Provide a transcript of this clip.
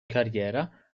carriera